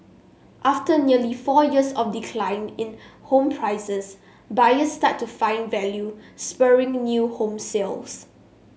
after nearly four years of decline in home prices buyers started to find value spurring new home sales